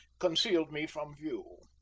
concealed me from view.